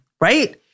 Right